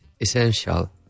Essential